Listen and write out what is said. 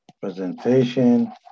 presentation